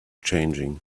changing